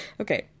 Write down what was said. Okay